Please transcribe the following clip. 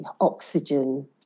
oxygen